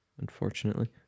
unfortunately